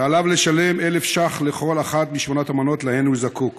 ועליו לשלם 1,000 ש"ח על כל אחת משמונה המנות שהוא זקוק